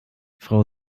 frau